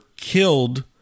killed